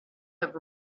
have